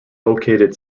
located